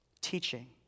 teaching